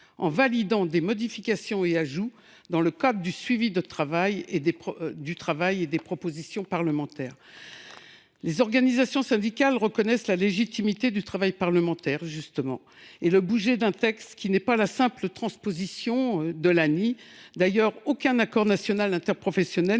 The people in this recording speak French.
la validation de modifications et d’ajouts dans le cadre du suivi de nos travaux et des propositions parlementaires. Les organisations syndicales reconnaissent la légitimité du travail parlementaire et la modification d’un texte qui n’est pas la simple transposition de l’ANI. D’ailleurs, aucun accord national interprofessionnel